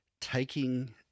taking